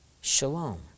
Shalom